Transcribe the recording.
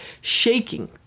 shaking